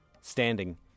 Standing